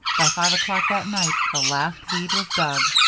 by five o'clock that night the last weed was dug.